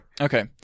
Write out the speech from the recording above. okay